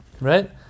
right